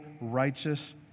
righteous